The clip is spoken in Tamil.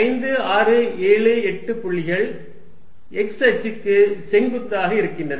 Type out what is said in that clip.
5 6 7 8 புள்ளிகள் x அச்சுக்கு செங்குத்தாக இருக்கின்றன